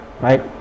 right